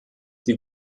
die